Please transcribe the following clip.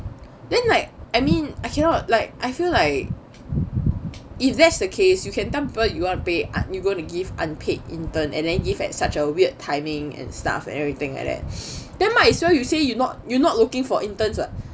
then like I mean I cannot like I feel like if that's the case you can tell people you want to pay you going to give unpaid intern and then give at such a weird timing and stuff and everything like that then might as well you say you're not you're not looking for interns ah